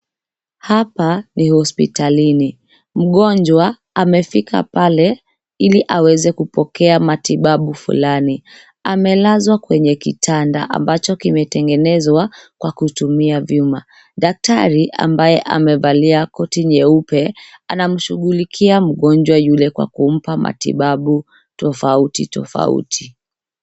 Hapa ni hospitalini. Mgonjwa amefika pale ili aweze kupokea matibabu fulani. Amelazwa kwenye kitanda ambacho kimetegenezwa kwa kutumia vyuma. Daktari ambaye amevalia koti nyeupe anamshughulikia mgonjwa yule kwa kumpa matibabu tofauti tofauti .